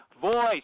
voice